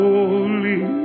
Holy